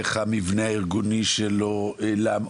איך המבנה הארגוני שלו בסוף,